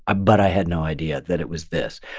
but i had no idea that it was this.